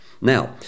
Now